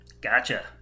Gotcha